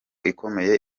ikomeye